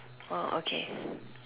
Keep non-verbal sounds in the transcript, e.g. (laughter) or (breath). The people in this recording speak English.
oh okay (breath)